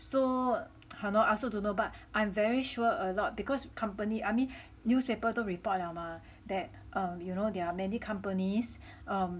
so hannor I also don't know but I'm very sure a lot because company I mean newspaper 都 report liao 吗 that um you know there are many companies